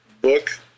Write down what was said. book